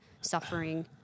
suffering